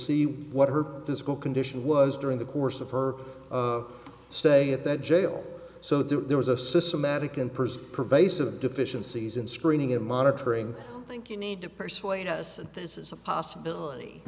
see what her physical condition was during the course of her of stay at the jail so there was a systematic and person pervasive deficiencies in screening and monitoring think you need to persuade us that this is a possibility